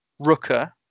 Rooker